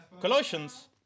Colossians